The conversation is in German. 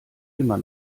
immer